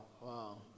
wow